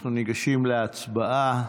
אנחנו ניגשים להצבעה.